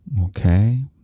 okay